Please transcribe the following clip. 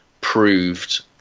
proved